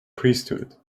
priesthood